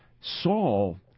Saul